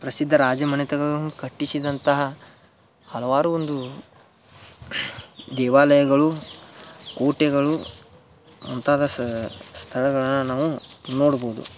ಪ್ರಸಿದ್ಧ ರಾಜಮನೆತನಗಳು ಕಟ್ಟಿಸಿದಂತಹ ಹಲವಾರು ಒಂದು ದೇವಾಲಯಗಳು ಕೋಟೆಗಳು ಮುಂತಾದ ಸ್ಥಳಗಳನ್ನು ನಾವು ನೋಡ್ಬೋದು